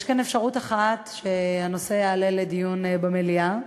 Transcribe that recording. יש כאן אפשרות אחת שהנושא יעלה לדיון במליאה,